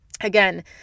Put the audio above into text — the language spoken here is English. Again